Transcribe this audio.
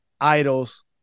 idols